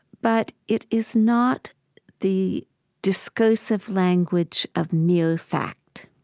but it is not the discursive language of mere fact.